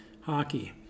hockey